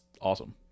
awesome